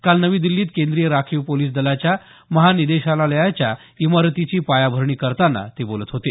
काल नवी दिल्लीत केंद्रीय राखीव पोलिस दलाच्या महानिदेशालयाच्या इमारतीची पायाभरणी करताना ते बोलत होते